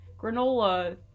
Granola